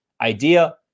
idea